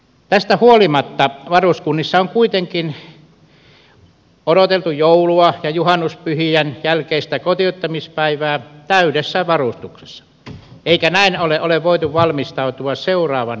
tästä huolimatta varuskunnissa on kuitenkin odoteltu joulua ja juhannuspyhien jälkeistä kotiuttamispäivää täydessä varustuksessa eikä näin ollen ole voitu valmistautua seuraavan saapumiserän tuloon